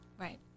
Right